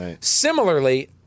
Similarly